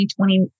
2020